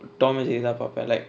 tom and jerry தா பாப்ப:tha paapa like